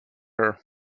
her